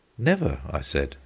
never, i said.